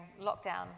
lockdown